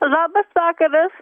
labas vakaras